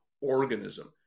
organism